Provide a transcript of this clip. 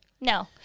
no